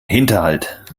hinterhalt